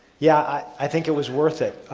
yeah i think it was worth it.